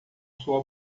sua